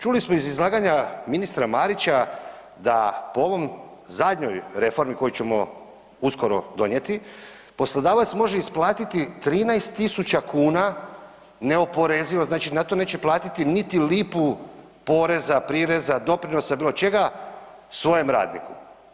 Čuli smo iz izlaganja ministra Marića da po ovom zadnjoj reformi koju ćemo uskoro donijeti poslodavac može isplatiti 13.000 kuna neoporezivo znači na to neće platiti niti lipu poreza, prireza, doprinosa bilo čega svojem radniku.